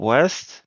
West